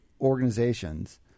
organizations